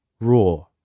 raw